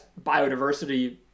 biodiversity